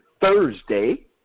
Thursday